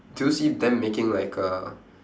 do you see them making like a